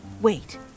wait